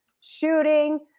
shooting